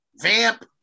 vamp